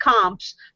comps